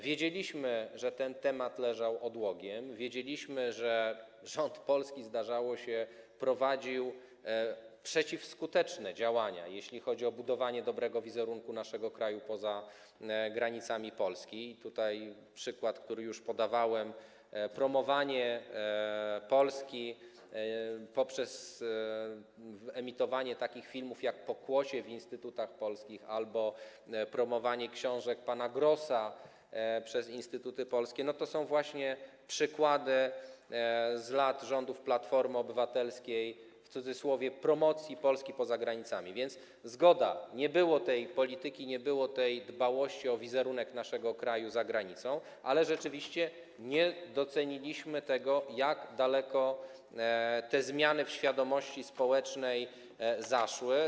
Wiedzieliśmy, że ten temat leżał odłogiem, wiedzieliśmy, że polski rząd, zdarzało się, prowadził przeciwskuteczne działania, jeżeli chodzi o budowanie dobrego wizerunku naszego kraju poza granicami Polski - i tutaj przykład, który już podawałem, promowanie Polski poprzez emitowanie takich filmów jak „Pokłosie” w instytutach polskich albo promowanie książek pana Grossa przez instytuty polskie, to są właśnie przykłady z lat rządów Platformy Obywatelskiej, w cudzysłowie, promocji Polski poza granicami, więc zgoda, nie było tej polityki, nie było tej dbałości o wizerunek naszego kraju za granicą - ale rzeczywiście nie doceniliśmy tego, jak daleko te zmiany w świadomości społecznej zaszły.